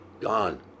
gone